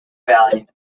valley